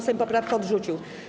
Sejm poprawkę odrzucił.